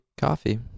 coffee